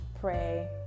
pray